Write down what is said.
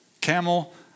Camel